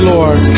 Lord